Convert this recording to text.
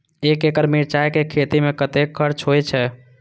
एक एकड़ मिरचाय के खेती में कतेक खर्च होय छै?